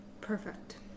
Perfect